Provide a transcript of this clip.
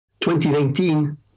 2019